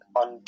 on